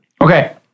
Okay